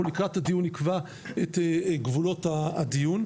לקראת הדיון נקבע את גבולות הדיון,